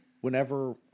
whenever